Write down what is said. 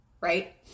Right